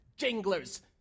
jinglers